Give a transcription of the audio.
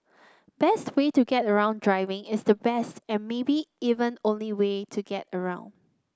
best way to get around driving is the best and maybe even only way to get around